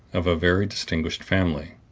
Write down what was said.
of a very distinguished family,